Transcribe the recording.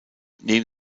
neben